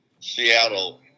Seattle